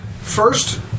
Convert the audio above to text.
First